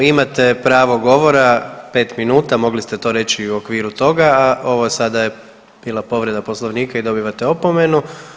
Imate pravo govora pet minuta, mogli ste to reći i u okviru toga, a ovo sada je bila povreda Poslovnika i dobivate opomenu.